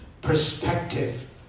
perspective